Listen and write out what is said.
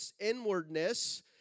inwardness